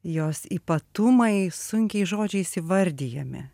jos ypatumai sunkiai žodžiais įvardijami